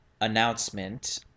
announcement